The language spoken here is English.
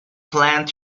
plant